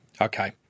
Okay